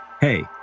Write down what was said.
hey